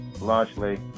largely